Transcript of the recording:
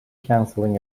canceling